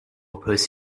oppose